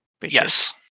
Yes